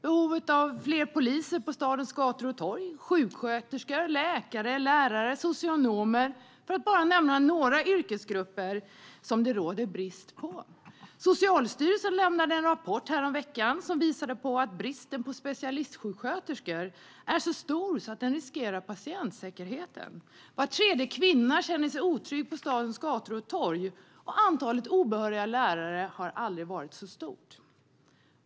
Det finns behov av fler poliser på stadens gator och torg, sjuksköterskor, läkare, lärare och socionomer, för att bara nämna några yrkesgrupper som det råder brist på. Socialstyrelsen lämnade en rapport häromveckan som visade att bristen på specialistsjuksköterskor är så stor att den riskerar patientsäkerheten. Var tredje kvinna känner sig otrygg på gator och torg, och antalet obehöriga lärare har aldrig varit så stort.